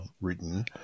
written